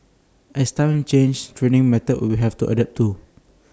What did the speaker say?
as times change training methods will have to adapt too